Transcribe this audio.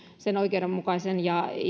oikeudenmukaisen